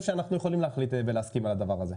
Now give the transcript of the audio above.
שאנחנו יכולים להחליט ולהסכים על הדבר הזה.